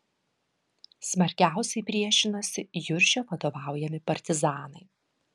smarkiausiai priešinosi juršio vadovaujami partizanai